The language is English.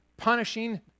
Punishing